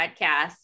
podcast